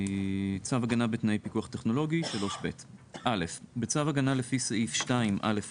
"צו הגנה בתנאי פיקוח טכנולוגי 3ב. (א) בצו הגנה לפי סעיף 2(א)(1)